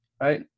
right